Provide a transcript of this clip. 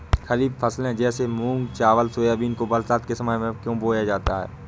खरीफ फसले जैसे मूंग चावल सोयाबीन को बरसात के समय में क्यो बोया जाता है?